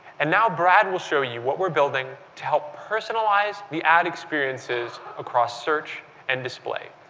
and now brad will show you what we're building to help personal ize the ad experiences across search and display.